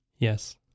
Yes